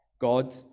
God